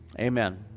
amen